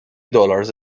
dollars